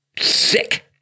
sick